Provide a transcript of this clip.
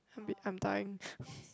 wait I'm dying